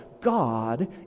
God